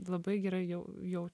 labai gerai jau jau